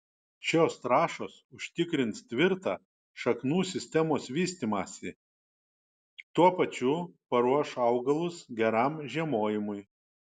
šios trąšos užtikrins tvirtą šaknų sistemos vystymąsi tuo pačiu paruoš augalus geram žiemojimui